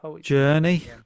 Journey